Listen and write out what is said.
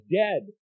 dead